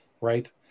right